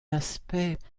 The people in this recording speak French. aspect